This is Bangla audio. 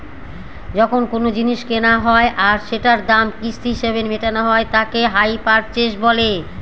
যখন কোনো জিনিস কেনা হয় আর সেটার দাম কিস্তি হিসেবে মেটানো হয় তাকে হাই পারচেস বলে